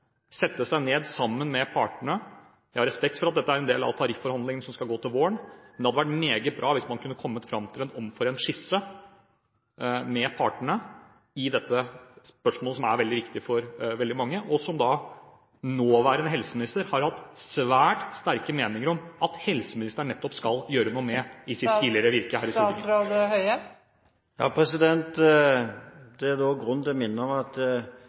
sette seg ned sammen med partene. Jeg har respekt for at dette er en del av tarifforhandlingene som skal gå til våren, men det hadde vært meget bra hvis man kunne ha kommet fram til en omforent skisse med partene i dette spørsmålet, som er veldig viktig for veldig mange, og som nåværende helseminister – i sitt tidligere virke her i Stortinget – har hatt svært sterke meninger om at nettopp helseministeren skal gjøre noe med. Det er da grunn til å minne om at